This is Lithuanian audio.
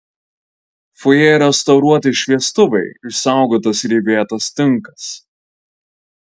fojė restauruoti šviestuvai išsaugotas rievėtas tinkas